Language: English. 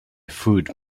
foot